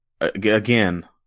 again